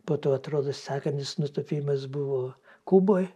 po to atrodo sekantis nutūpimas buvo kuboj